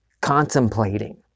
contemplating